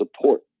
support